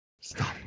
Stop